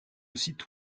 site